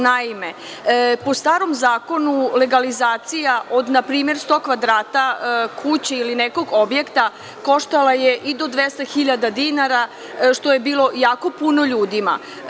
Naime, po starom zakonu, legalizacija od npr. sto kvadrata kuće ili nekog objekta koštala je i do 200.000 dinara, što je bilo jako puno ljudima.